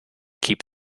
keep